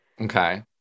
Okay